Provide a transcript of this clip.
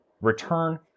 return